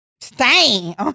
Stain